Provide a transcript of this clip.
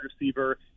receiver